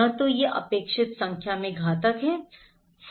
न तो यह अपेक्षित संख्या में घातक है ठीक है